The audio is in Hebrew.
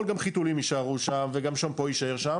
גם חיתולים יישארו שם וגם שמפו יישאר שם